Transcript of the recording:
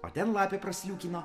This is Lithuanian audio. o ten lapė prasliūkino